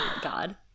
God